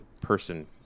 person